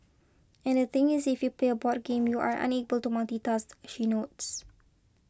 and the thing is if you play a board game you are unable to multitask she notes